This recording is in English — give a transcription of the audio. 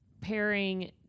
pairing